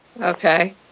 okay